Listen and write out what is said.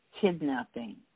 kidnapping